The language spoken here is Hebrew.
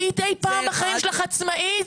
היית אי פעם בחיים שלך עצמאית?